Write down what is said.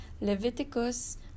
Leviticus